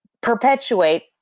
perpetuate